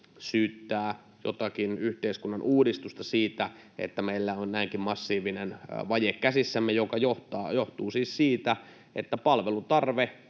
syyttää jotakin yhteiskunnan uudistusta siitä, että meillä on käsissämme näinkin massiivinen vaje, joka johtuu siis siitä, että palvelutarve